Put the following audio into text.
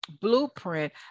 blueprint